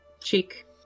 cheek